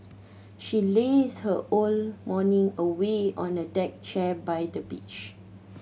she lazed her all morning away on a deck chair by the beach